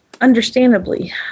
understandably